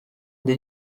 did